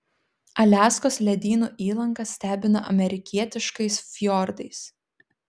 aliaskos ledynų įlanka stebina amerikietiškais fjordais